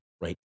right